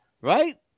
Right